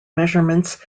measurements